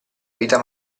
vita